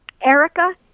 Erica